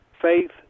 faith